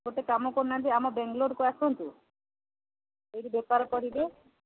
ଗୋଟେ କାମ କରୁ ନାହାନ୍ତି ଆମ ବେଙ୍ଗଲୋରକୁ ଆସନ୍ତୁ ଏଇଠି ବେପାର କରିବେ